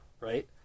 right